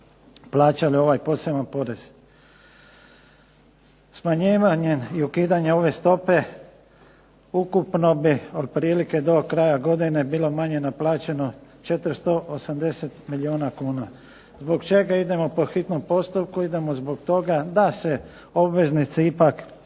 plaćali ovaj posebni porez. Smanjivanjem i ukidanjem ove stope ukupno bi otprilike do kraja godine bilo manje naplaćeno 480 milijuna kuna. Zbog čega idemo po hitnom postupku? Idemo zbog toga da se obveznici ipak